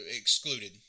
excluded